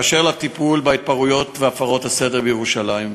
באשר לטיפול בהתפרעויות ובהפרות הסדר בירושלים,